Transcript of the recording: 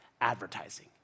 advertising